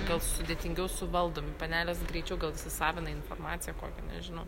gal sudėtingiau suvaldomi panelės greičiau gal įsisavina informaciją kokią nežinau